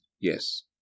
Yes